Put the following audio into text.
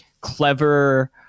clever